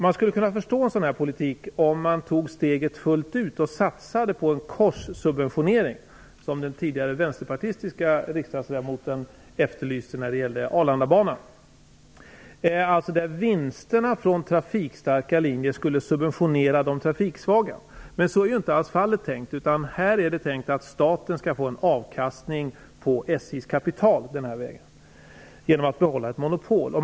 Man skulle kunna förstå en sådan politik, om steget togs fullt ut med en satsning på korssubventionering som den vänsterpartistiska riksdagsledamoten tidigare efterlyste när det gällde Arlandabanan. Vinsterna från trafikstarka linjer skulle alltså subventionera de trafiksvaga. Men så är det ju inte alls tänkt i detta fall, utan här är det tänkt att staten skall få en avkastning på SJ:s kapital genom att behålla ett monopol.